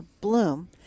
bloom